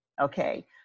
Okay